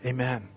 Amen